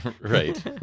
Right